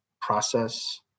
process